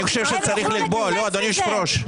הם יוכלו לקצץ בזה.